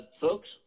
folks